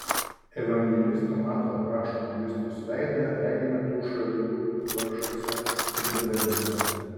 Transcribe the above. evangelisto mato aprašomą kristaus veidą regime tų šalių vargšuose ir bedarbiuose